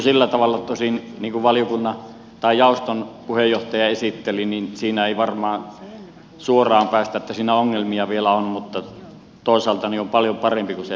sillä tavalla tosin niin kuin jaoston puheenjohtaja esitteli siihen ei varmaan suoraan päästä siinä ongelmia vielä on mutta toisaalta se on paljon parempi kuin se liikevaihtoon perustuva